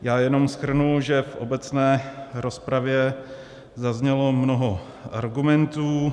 Já jenom shrnu, že v obecné rozpravě zaznělo mnoho argumentů.